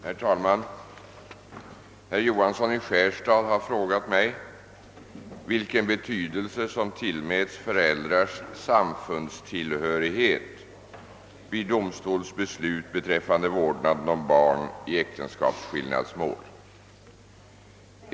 Herr talman! Herr Johansson i Skärstad har frågat mig vilken betydelse som tillmäts förälders samfundstillhörighet vid domstolsbeslut beträffande vårdnaden om barn i äktenskapsskillnadsmål.